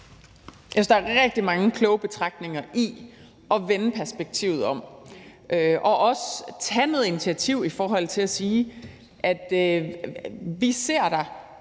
Jeg synes, der er rigtig mange kloge betragtninger i at vende perspektivet om og også tage noget initiativ i forhold til at sige: Vi ser dig,